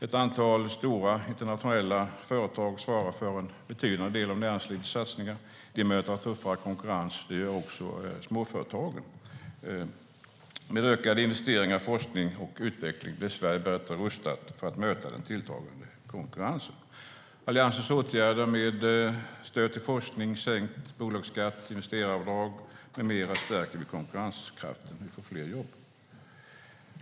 Ett antal stora internationella företag svarar för en betydande del av näringslivets satsningar. De möter tuffare konkurrens. Det gör också småföretagen. Med ökade investeringar i forskning och utveckling blir Sverige bättre rustat för att möta den tilltagande konkurrensen. Med Alliansens åtgärder med stöd till forskning, sänkt bolagsskatt, investeraravdrag med mera stärker vi konkurrenskraften och får fler jobb.